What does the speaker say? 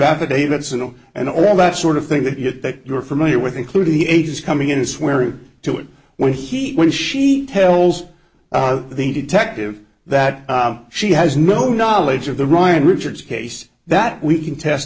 all and all that sort of thing that you that you're familiar with including the ages coming in and swearing to it when he when she tells the detective that she has no knowledge of the ryan richards case that we can test